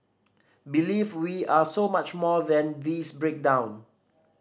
believe we are so much more than this breakdown